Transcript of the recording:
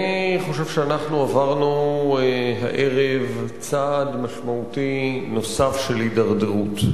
אני חושב שאנחנו עברנו הערב צעד משמעותי נוסף של הידרדרות.